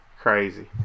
crazy